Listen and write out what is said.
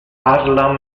parla